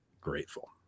grateful